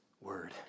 word